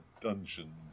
dungeon